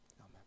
Amen